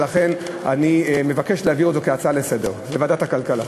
ולכן אני מבקש להעביר את זה כהצעה לסדר-היום לוועדת הכלכלה.